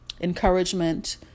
encouragement